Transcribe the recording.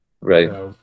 right